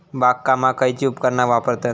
बागकामाक खयची उपकरणा वापरतत?